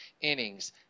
innings